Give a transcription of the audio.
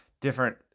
Different